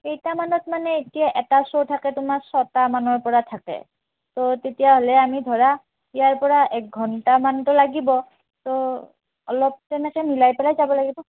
কেইটামানত মানে এতিয়া এটা শ্ব' থাকে তোমাৰ ছটামানৰ পৰা থাকে ত' তেতিয়াহ'লে আমি ধৰা ইয়াৰ পৰা এক ঘণ্টামানটো লাগিব তো অলপ তেনেকৈ মিলাই পেলাই যাব লাগিব